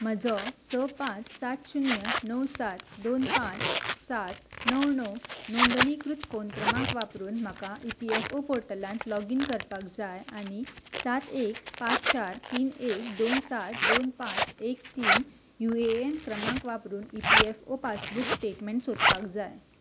म्हजो स पांच सात शुन्य णव सात दोन पांच सात णव णव नोंदणीकृत फोन क्रमांक वापरून म्हाका ई पी एफ ओ पोर्टलांत लॉगीन करपाक जाय आनी सात एक पांच चार तीन एक दोन सात दोन पांच एक तीन यु ए एन क्रमांक वापरून E P F O passbook statement सोदपाक जाय